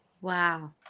Wow